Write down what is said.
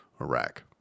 Iraq